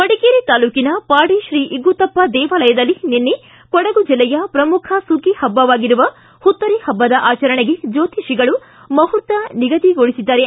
ಮಡಿಕೇರಿ ತಾಲೂಕನ ಪಾಡಿ ಶ್ರೀ ಇಗ್ಗುತ್ತಪ್ಪ ದೇವಾಲಯದಲ್ಲಿ ನಿನ್ನೆ ಕೊಡಗು ಜಿಲ್ಲೆಯ ಶ್ರಮುಖ ಸುಗ್ಗಿ ಹಬ್ಬವಾಗಿರುವ ಹುತ್ತರಿ ಹಬ್ಬದ ಆಚರಣೆಗೆ ಜ್ಯೋತಿಷಿಗಳು ಮುಹೂರ್ತ ನಿಗಧಿಗೊಳಿಸಿದ್ದಾರೆ